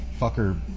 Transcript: fucker